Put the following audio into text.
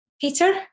Peter